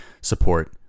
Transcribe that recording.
support